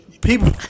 people